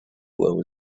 glow